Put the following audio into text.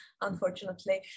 unfortunately